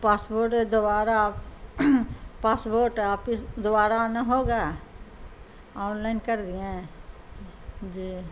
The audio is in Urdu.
پاسپورٹ دوبارہ پاسپورٹ آفس دوبارہ آنا ہوگا آن لائن کر دیے جی